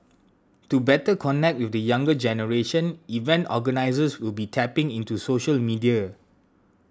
to better connect with the younger generation event organisers will be tapping into social media